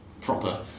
proper